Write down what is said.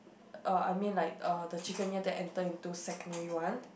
uh I mean like uh the chicken ya that enter into the secondary one